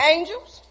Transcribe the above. Angels